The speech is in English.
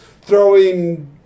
throwing